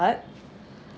apart